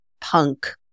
punk